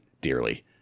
dearly